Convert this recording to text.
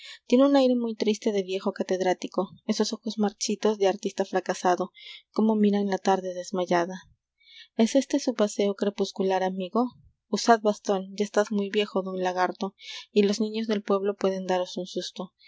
tiene un aire muy triste de viejo catedrático esos ojos marchitos de artista fracasado cómo miran la tarde desmayada es este su paseo crepuscular amigo usad bastón ya estáis muy viejo don lagarto y los niños del pueblo pueden daros un susto